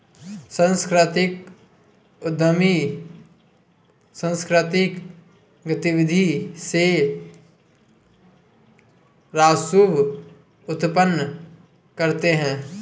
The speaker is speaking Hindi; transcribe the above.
सांस्कृतिक उद्यमी सांकृतिक गतिविधि से राजस्व उत्पन्न करते हैं